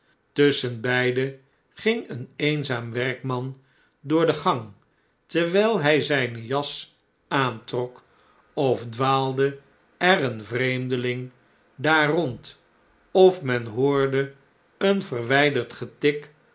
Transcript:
tusschenbeide ging een eenzaam werkman doofr de gang terwijl hij zijne jas aantrok of dwaalde er een vreemdeling daar rond of men hoorde een verwflderd getik